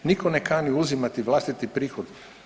Nitko ne kani uzimati vlastiti prihod.